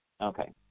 Okay